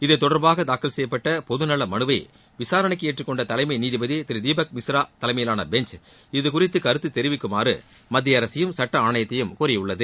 இத்தொடர்பாக தாக்கல் செய்யப்பட்ட பொது நல மனுவை விசாரணைக்கு ஏற்றுக்கொண்ட தலைமை நீதிபதி திரு தீபக் மிஸ்ரா தலைமயிலான பெஞ்ச் இதுகுறித்து கருத்து தெரிவிக்குமாறு மத்திய அரசையும் சுட்ட ஆணையத்தையும் கோரியுள்ளது